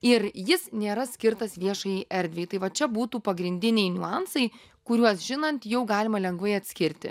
ir jis nėra skirtas viešajai erdvei tai va čia būtų pagrindiniai niuansai kuriuos žinant jau galima lengvai atskirti